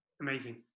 Amazing